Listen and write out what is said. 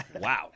Wow